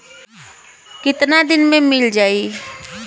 कितना दिन में मील जाई?